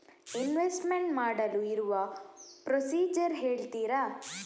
Investment ಮಾಡಲು ಇರುವ procedure ಹೇಳ್ತೀರಾ?